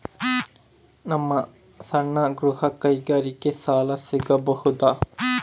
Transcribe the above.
ನಮ್ಮ ಸಣ್ಣ ಗೃಹ ಕೈಗಾರಿಕೆಗೆ ಸಾಲ ಸಿಗಬಹುದಾ?